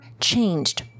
changed